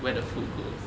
where the food go